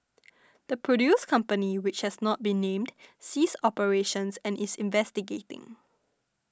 the produce company which has not been named ceased operations and is investigating